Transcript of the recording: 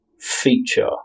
feature